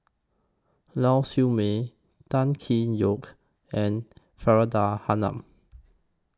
Lau Siew Mei Tan Tee Yoke and Faridah Hanum